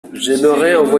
envoyer